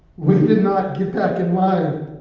we did not get back in line.